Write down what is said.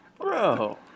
bro